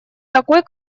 такой